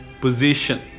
position